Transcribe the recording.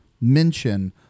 mention